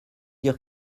dire